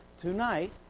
tonight